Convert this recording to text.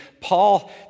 Paul